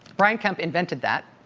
brian kemp invented that.